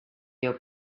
your